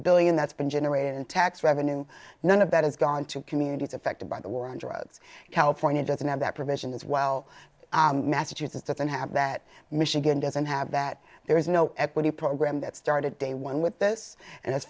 billion that's been generated in tax revenue none of that has gone to communities affected by the war on drugs california doesn't have that provision as well massachusetts doesn't have that michigan doesn't have that there is no equity program that started day one with this and as